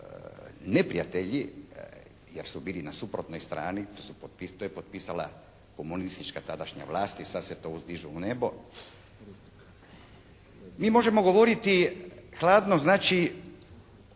neprijatelji jer su bili na suprotnoj strani, to je potpisala komunistička tadašnja vlast i sad se to uzdiže u nebo. Mi možemo govoriti, hladno znači